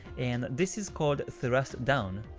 and this is called thrust down.